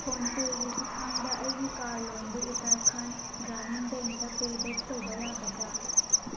ꯐꯣꯟꯄꯦꯒꯤ ꯈꯨꯊꯥꯡꯗ ꯑꯩꯒꯤ ꯀꯥꯔ ꯂꯣꯟꯗꯨ ꯎꯠꯇꯔꯈꯥꯟ ꯒ꯭ꯔꯥꯃꯤꯟ ꯕꯦꯡꯇ ꯄꯦ ꯕꯦꯛ ꯇꯧꯕ ꯌꯥꯒꯗꯔ